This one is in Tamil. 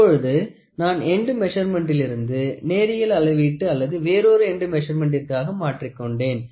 இப்பொழுது நான் எண்டு மெசர்மென்ட்டிலிருந்து நேரியல் அளவீட்டு அல்லது வேறொரு எண்டு மெசர்மென்ட்டிற்கு மாற்றிக்கொண்டேன்